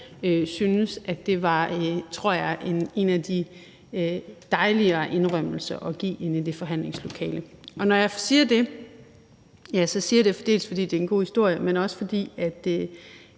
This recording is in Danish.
jeg, at det var en af de dejligere indrømmelser at give inde i det forhandlingslokale. Og når jeg siger det, ja, så siger jeg det, både fordi det er en god historie, men også fordi